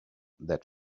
that